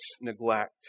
neglect